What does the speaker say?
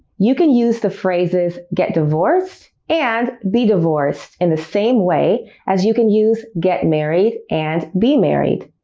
you can use the phrases get divorced and be divorced, in the same way as you can use get married and be married.